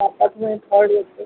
सात आठ minute halt घेते